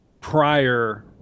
prior